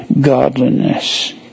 godliness